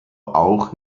auch